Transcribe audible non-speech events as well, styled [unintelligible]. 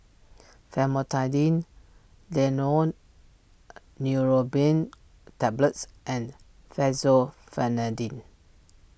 Famotidine [unintelligible] Neurobion Tablets and Fexofenadine